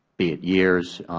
be it years,